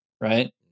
right